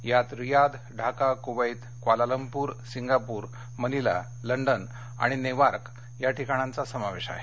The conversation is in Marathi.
यात Riyadh Dhaka Kuwait Kuala Lumpur Singapore Manila London आणि नेवार्क या ठिकाणांचा समावेश आहे